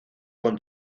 con